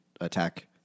attack